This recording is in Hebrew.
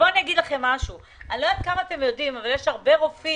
אני לא יודעת עד כמה אתם יודעים אבל יש הרבה רופאים